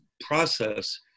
process